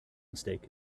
mistake